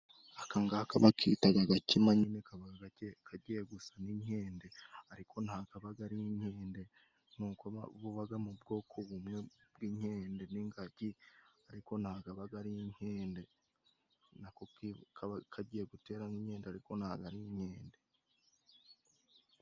Akangaka bakitaga agakima nyine kaba kagiye gusa n'inkende ariko ntago abaga ari inkende, ni uko bubaga mu bwoko bumwe bw'inkende n'ingagi, ariko ntago abaga ari inkende, na ko kaba kagiye gutera nk'inkende ariko ntago ari inkende.